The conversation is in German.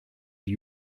wie